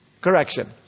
correction